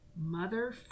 Mother